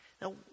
Now